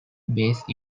based